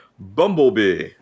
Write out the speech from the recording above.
Bumblebee